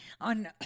on